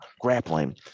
grappling